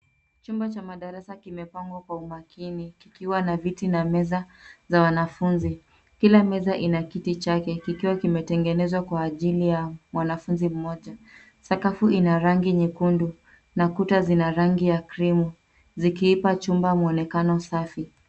Chumba cha madarasa kimepangwa kwa umakini, vikiwa na viti na meza za wanafunzi. Kila meza ina kiti chake kikiwa kimetengenezwa kwa ajili ya mwanfunzi mmoja. Sakafu ina rangi nyekundu, na kuta zina rangi ya krimu, zikiipa chumba mwonekano safi.